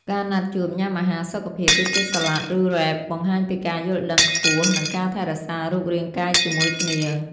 ការណាត់ជួបញ៉ាំអាហារសុខភាព ដូចជា Salad ឬ Wrap បង្ហាញពីការយល់ដឹងខ្ពស់ និងការថែរក្សារូបរាងកាយជាមួយគ្នា។